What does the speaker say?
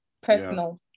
personal